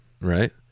right